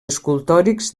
escultòrics